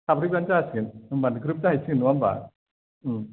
साब्रैबानो जासिगोन होमबानो ग्रोब जाहैसिगोन नङा ओमबा औ